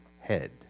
head